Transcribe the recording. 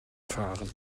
fahren